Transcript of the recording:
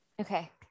Okay